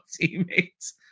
teammates